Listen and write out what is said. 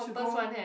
should go